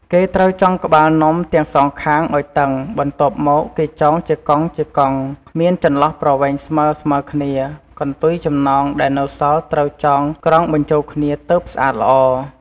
គេត្រូវចងក្បាលនំទាំងសងខាងឱ្យតឹង បន្ទាប់មកគេចងជាកង់ៗ មានចន្លោះប្រវែងស្មើៗគ្នា កន្ទុយចំណងដែលនៅសល់ត្រូវចងក្រងបញ្ចូលគ្នាទើបស្អាតល្អ។